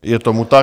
Je tomu tak.